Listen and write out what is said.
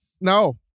no